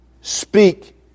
speak